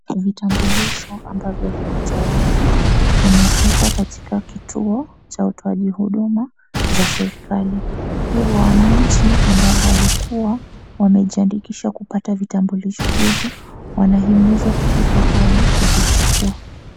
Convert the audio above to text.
Kwa vitambulisho ambavyo viko tayari vimefika katika kituo cha utoaji hudumu za serikali. Hiyo wananchi ambao walikuwa wamejiandikisha kupata vitambulisho hivi wanahimizwa kufika pale kuvichukua.